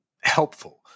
helpful